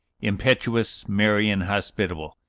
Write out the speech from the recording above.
impetuous, merry, and hospitable.